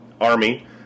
Army